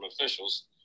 officials